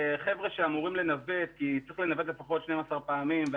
חבר'ה שאמורים לנווט כי צריך לנווט לפחות 12 פעמים,